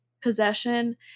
possession